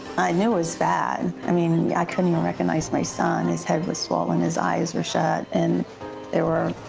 i knew it was bad. i mean, i couldn't even recognize my son. his head was swollen, his eyes were shut, and they were